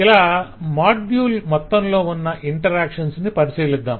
ఇలా మాడ్యుల్ మొత్తంలో ఉన్న ఇంటరాక్షన్స్ ను పరిశీలిద్దాం